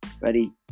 Ready